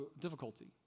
difficulty